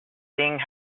thing